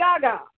Gaga